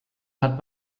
hat